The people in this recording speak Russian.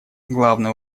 главный